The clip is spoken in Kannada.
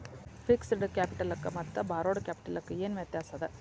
ಫಿಕ್ಸ್ಡ್ ಕ್ಯಾಪಿಟಲಕ್ಕ ಮತ್ತ ಬಾರೋಡ್ ಕ್ಯಾಪಿಟಲಕ್ಕ ಏನ್ ವ್ಯತ್ಯಾಸದ?